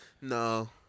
No